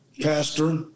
Pastor